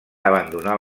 abandonar